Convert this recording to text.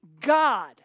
God